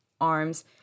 arms